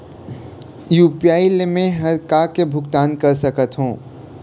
UPI ले मे हर का का भुगतान कर सकत हो?